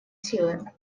силы